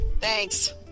Thanks